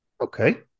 Okay